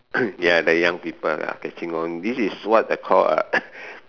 ya the young people lah catching on this is they call a